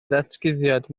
ddatguddiad